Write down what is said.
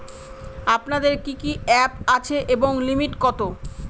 আপনাদের কি কি অ্যাপ আছে এবং লিমিট কত?